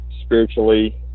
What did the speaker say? spiritually